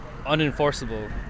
unenforceable